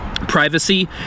privacy